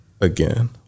again